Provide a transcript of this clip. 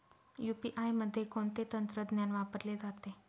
UPI मध्ये कोणते तंत्रज्ञान वापरले जाते?